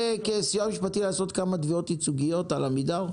כסיוע משפטי לבדוק כמה תביעות ייצוגיות לעמידר?